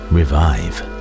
Revive